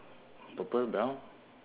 purple brown